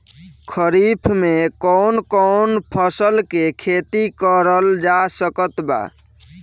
खरीफ मे कौन कौन फसल के खेती करल जा सकत बा?